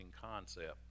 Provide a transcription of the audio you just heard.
concept